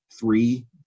Three